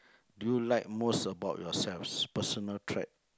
do you like most about yourself personal trait